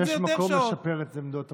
יש מקום לשפר את עמדות הבדיקה.